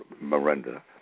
Miranda